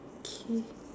okay